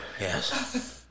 Yes